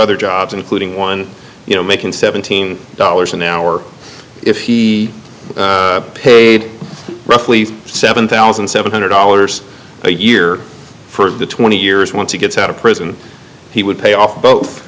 other jobs including one you know making seventeen dollars an hour if he paid roughly seven thousand seven hundred dollars a year for the twenty years want to get out of prison he would pay off both